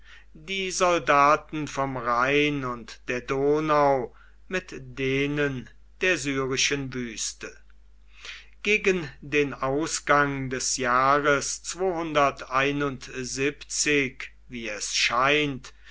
die soldaten vom rhein und der donau mit denen der syrischen wüste gegen den ausgang des jahres wie es scheint